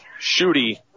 shooty